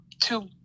two